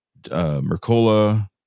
Mercola